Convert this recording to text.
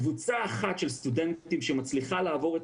קבוצה אחת של סטודנטים שמצליחה לעבור את